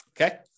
Okay